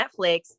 netflix